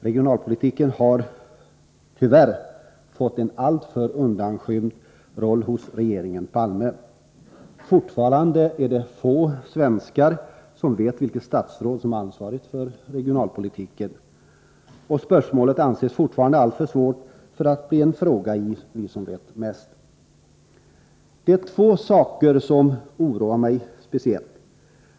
Regionalpolitiken har tyvärr fått en alltför undanskymd roll hos regeringen Palme. Fortfarande är det få svenskar som vet vilket statsråd som är ansvarigt för regionalpolitiken. Spörsmålet anses fortfarande alltför svårt för att kunna bli en fråga i ”Vi som vet mest”. Det är två saker som oroar mig speciellt.